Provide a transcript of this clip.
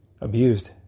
abused